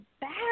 bad